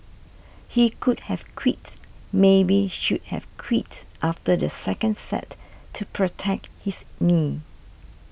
he could have quit maybe should have quit after the second set to protect his knee